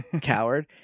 coward